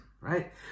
right